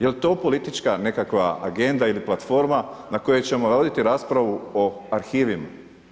Jel to politička nekakva agenda ili platforma na kojoj ćemo voditi raspravu o arhivima?